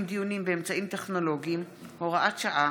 דיונים באמצעים טכנולוגיים (הוראת שעה,